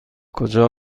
کجا